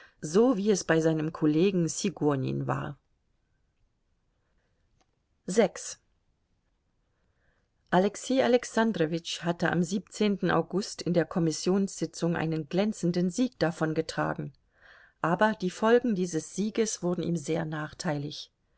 so wie es bei seinem kollegen sigonin war alexei alexandrowitsch hatte am august in der kommissionssitzung einen glänzenden sieg davongetragen aber die folgen dieses sieges wurden ihm sehr nachteilig